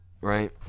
right